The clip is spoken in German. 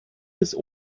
des